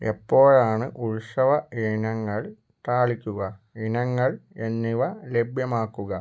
എപ്പോഴാണ് ഉത്സവ ഇനങ്ങൾ താളിക്കുക ഇനങ്ങൾ എന്നിവ ലഭ്യമാക്കുക